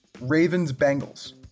Ravens-Bengals